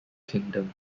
kingdom